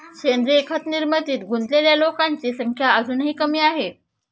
सेंद्रीय खत निर्मितीत गुंतलेल्या लोकांची संख्या अजूनही कमी आहे